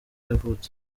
yavutse